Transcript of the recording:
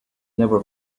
never